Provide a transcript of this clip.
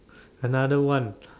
another one